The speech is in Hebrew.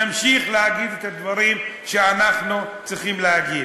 נמשיך להגיד את הדברים שאנחנו צריכים להגיד,